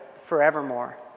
forevermore